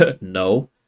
no